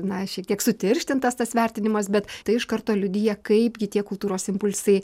na šiek tiek sutirštintas tas vertinimas bet tai iš karto liudija kaipgi tie kultūros impulsai